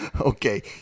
Okay